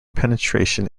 penetration